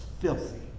filthy